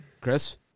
Chris